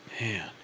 Man